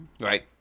Right